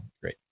great